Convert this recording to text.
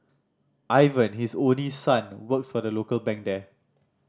Ivan his only son works for a local bank here